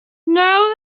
now